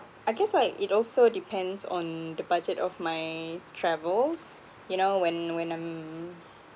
I guess like it also depends on the budget of my travels you know when when I'm